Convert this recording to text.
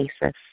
basis